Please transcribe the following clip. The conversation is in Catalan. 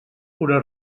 pura